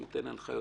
שהוא ייתן הנחיות,